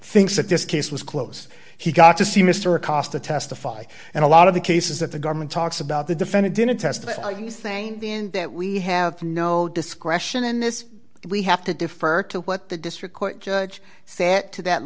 thinks that this case was close he got to see mr acosta testify and a lot of the cases that the government talks about the defendant didn't testify you thing in that we have no discretion in this we have to defer to what the district court judge set to that